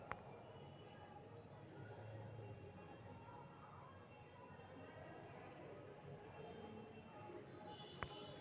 bast fibre के उपयोग कालीन, यार्न, रस्सी, चटाइया आउरो सभ बनाबे में कएल जाइ छइ